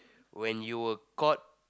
when you were caught